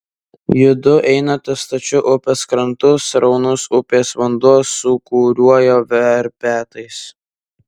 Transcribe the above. judu einate stačiu upės krantu sraunus upės vanduo sūkuriuoja verpetais